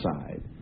side